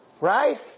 right